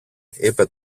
είπε